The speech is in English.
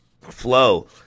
Flow